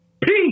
Peace